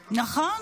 מתכוון,